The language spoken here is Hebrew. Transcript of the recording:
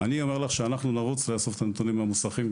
אני אומר לך שאנחנו נרוץ לאסוף את הנתונים מהמוסכים,